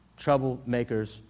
Troublemakers